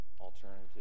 alternative